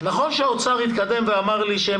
נכון שמשרד האוצר התקדם ואמר לי שהם